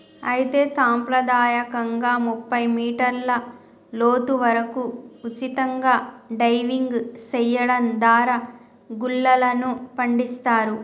అయితే సంప్రదాయకంగా ముప్పై మీటర్ల లోతు వరకు ఉచితంగా డైవింగ్ సెయడం దారా గుల్లలను పండిస్తారు